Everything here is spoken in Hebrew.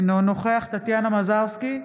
אינו נוכח טטיאנה מזרסקי,